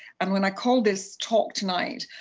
and when i called this talk tonight